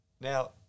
Now